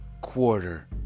quarter